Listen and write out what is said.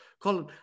Colin